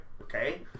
okay